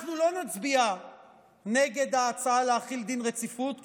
אנחנו לא נצביע נגד ההצעה להחיל דין רציפות,